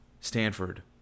Stanford